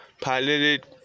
piloted